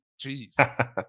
Jeez